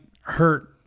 hurt